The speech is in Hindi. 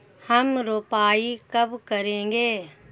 हम रोपाई कब करेंगे?